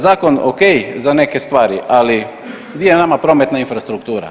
Zakon ok za neke stvari, ali gdje je nama prometna infrastruktura.